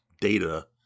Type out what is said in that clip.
data